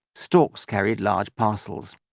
storks carried large parcels.